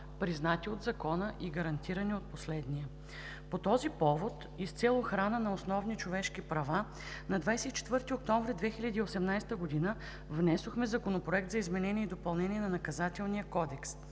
признати от Закона и гарантирани от последния. По този повод и с цел охрана на основни човешки права на 24 октомври 2018 г., внесохме Законопроект за изменение и допълнение на Наказателния кодекс.